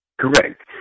Correct